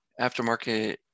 aftermarket